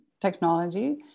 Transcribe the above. technology